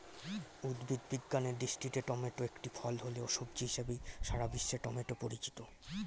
উদ্ভিদ বিজ্ঞানের দৃষ্টিতে টমেটো একটি ফল হলেও, সবজি হিসেবেই সারা বিশ্বে টমেটো পরিচিত